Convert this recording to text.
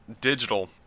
digital